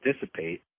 dissipate